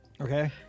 okay